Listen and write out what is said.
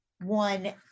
one